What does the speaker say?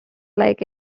like